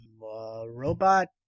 Robot